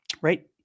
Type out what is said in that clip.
right